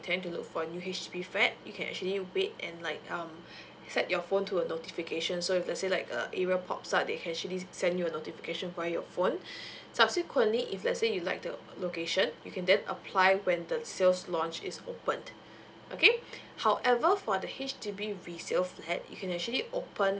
intended to look for new H_D_B flat you can actually wait and like um set your phone to a notification so if let's say like an area pop up they can actually send you a notification via your phone subsequently if let's say you like the location you can just apply when the sales launch is open okay however for the H_D_B resales flat you can actually open